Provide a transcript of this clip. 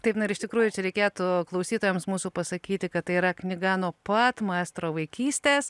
taip na ir iš tikrųjų čia reikėtų klausytojams mūsų pasakyti kad tai yra knyga nuo pat maestro vaikystės